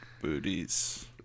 booties